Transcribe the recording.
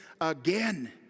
again